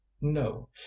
no